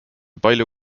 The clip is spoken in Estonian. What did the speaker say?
palju